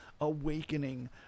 awakening